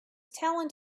talent